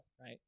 right